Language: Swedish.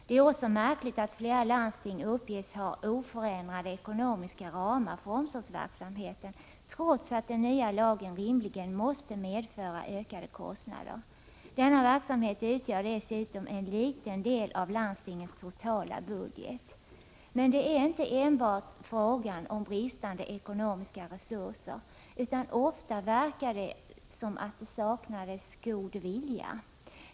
Det är också märkligt att flera landsting uppges ha oförändrade ekonomiska ramar för omsorgsverksamheten, trots att den nya lagen rimligen måste medföra ökade kostnader. Denna verksamhet utgör dessutom en liten del av landstingens totala budget. Men det är inte enbart fråga om bristande ekonomiska resurser utan ofta verkar det som om det saknades god vilja.